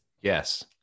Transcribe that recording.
Yes